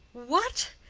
what!